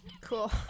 Cool